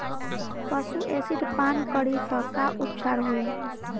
पशु एसिड पान करी त का उपचार होई?